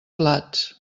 plats